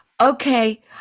okay